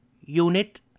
Unit